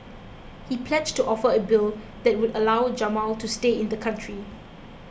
he pledged to offer a bill that would allow Jamal to stay in the country